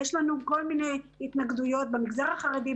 יש לנו כל מיני התנגדויות במגזר החרדי,